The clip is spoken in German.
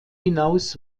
hinaus